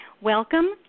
Welcome